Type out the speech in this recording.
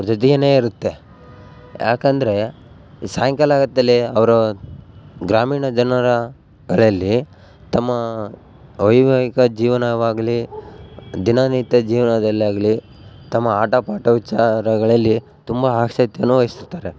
ಅವ್ರ ಜೊತೆಗೇನೆ ಇರುತ್ತೆ ಯಾಕಂದರೆ ಸಾಯಂಕಾಲ ಆಗೋತ್ತಲ್ಲಿ ಅವರು ಗ್ರಾಮೀಣ ಜನರ ಕಲೆಯಲ್ಲಿ ತಮ್ಮ ವೈವಾಹಿಕ ಜೀವನವಾಗಲಿ ದಿನನಿತ್ಯ ಜೀವನದಲ್ಲಾಗಲಿ ತಮ್ಮ ಆಟ ಪಾಠ ವಿಚಾರಗಳಲ್ಲಿ ತುಂಬ ಆಸಕ್ತಿಯನ್ನು ವಹಿಸುತ್ತಾರೆ